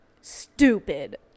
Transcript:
Stupid